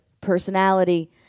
personality